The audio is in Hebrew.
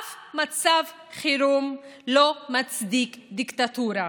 אף מצב חירום לא מצדיק דיקטטורה.